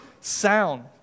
sound